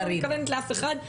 אני לא מתכוונת לאף אחד,